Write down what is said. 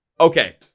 okay